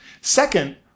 Second